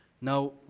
Now